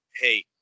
hey